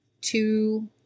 two